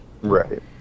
right